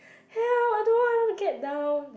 help I don't want I want to get down like